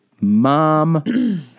mom